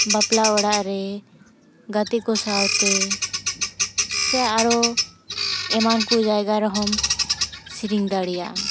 ᱵᱟᱯᱞᱟ ᱚᱲᱟᱜ ᱨᱮ ᱜᱟᱛᱮ ᱠᱚ ᱥᱟᱶᱛᱮ ᱥᱮ ᱟᱨᱚ ᱮᱢᱟᱱ ᱠᱚ ᱡᱟᱭᱜᱟ ᱨᱮᱦᱚᱢ ᱥᱮᱨᱮᱧ ᱫᱟᱲᱮᱭᱟᱜᱼᱟ